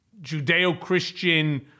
Judeo-Christian